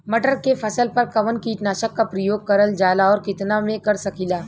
मटर के फसल पर कवन कीटनाशक क प्रयोग करल जाला और कितना में कर सकीला?